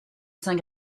saint